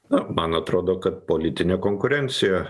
na man atrodo kad politinė konkurencija